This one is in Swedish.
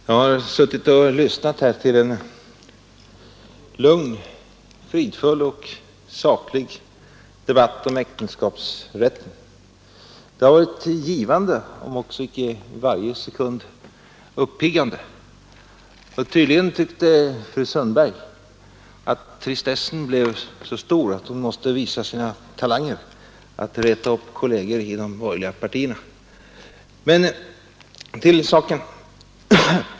Herr talman! Jag har suttit och lyssnat till en lugn, fridfull och saklig debatt om äktenskapsrätten. Det har varit givande, om också icke i varje sekund uppiggande — tydligen tyckte fru Sundberg att tristessen blev så stor att hon måste visa sina talanger att reta upp kolleger i de borgerliga partierna. Men till saken.